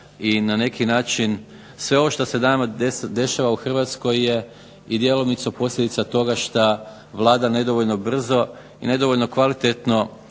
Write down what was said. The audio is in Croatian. i na neki način sve ovo što se dešava u Hrvatskoj je i djelomice posljedica toga šta Vlada nedovoljno brzo i nedovoljno kvalitetno